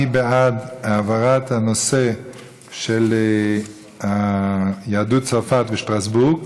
מי בעד העברת הנושא של יהדות צרפת, שטרסבורג,